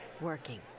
working